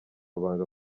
banga